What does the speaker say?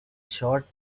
short